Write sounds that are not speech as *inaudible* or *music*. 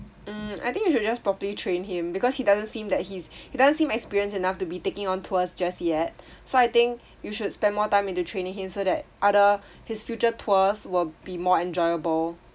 hmm I think you should just properly train him because he doesn't seem that he's he doesn't seem experienced enough to be taking on tours just yet *breath* so I think you should spend more time into training him so that other his future tours will be more enjoyable